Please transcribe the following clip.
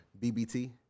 BBT